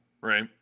right